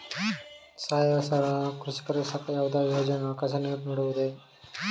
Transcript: ಸಾವಯವ ಕೃಷಿಕರಿಗೆ ಸರ್ಕಾರದ ಯಾವುದಾದರು ಯೋಜನೆಯು ಹಣಕಾಸಿನ ನೆರವು ನೀಡುವುದೇ?